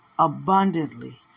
Abundantly